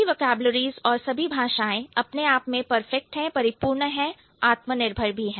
सभी वोकैबलरीज और सभी भाषाएं अपने आप में परफेक्ट है परिपूर्ण है आत्मनिर्भर है